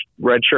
redshirt